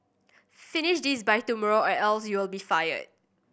finish this by tomorrow or else you'll be fired